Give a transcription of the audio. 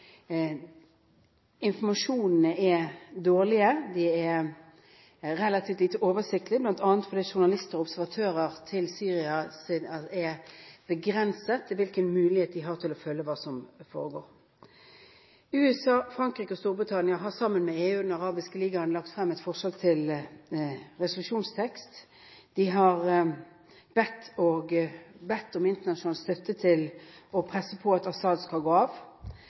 de er relativt lite oversiktlige, bl.a. fordi journalister og observatører til Syria har begrenset mulighet til å følge hva som foregår. USA, Frankrike og Storbritannia har sammen med EU og Den arabiske ligaen lagt frem et forslag til resolusjonstekst. De har bedt om internasjonal støtte til å presse på for at Assad skal gå av.